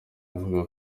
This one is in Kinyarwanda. avuga